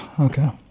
Okay